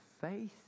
faith